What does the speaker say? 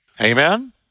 amen